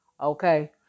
okay